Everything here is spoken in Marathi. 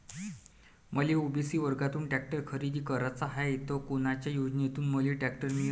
मले ओ.बी.सी वर्गातून टॅक्टर खरेदी कराचा हाये त कोनच्या योजनेतून मले टॅक्टर मिळन?